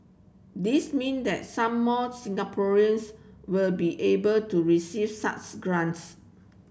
this mean that some more Singaporeans will be able to receive such grants